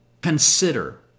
consider